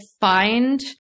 find